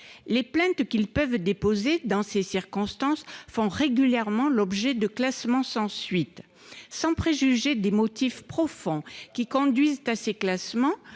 Les plaintes qu'ils peuvent déposer dans ces circonstances font régulièrement l'objet de classements sans suite, qui, sans préjuger de leurs motifs profonds, conduisent à renforcer